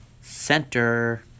Center